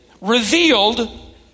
revealed